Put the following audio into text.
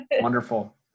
Wonderful